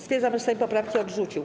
Stwierdzam, że Sejm poprawki odrzucił.